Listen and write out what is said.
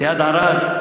ליד ערד?